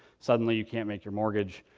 suddenly, you can't make your mortgage.